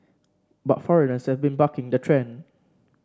but foreigners have been bucking the trend